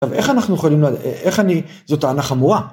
איך אנחנו יכולים, איך אני, זו טענה חמורה.